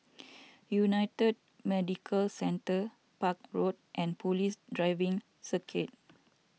United Medicare Centre Park Road and Police Driving Circuit